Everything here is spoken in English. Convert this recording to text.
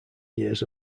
years